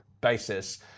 basis